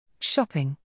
Shopping